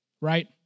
right